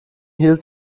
hielt